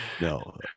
no